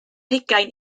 hugain